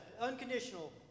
unconditional